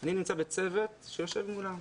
אני נמצא בצוות שיושב מולם.